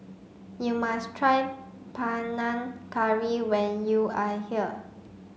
you must try Panang Curry when you are here